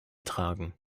tragen